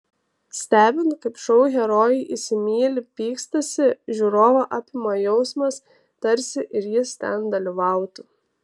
stebint kaip šou herojai įsimyli pykstasi žiūrovą apima jausmas tarsi ir jis ten dalyvautų